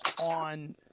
on